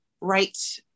right